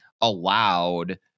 allowed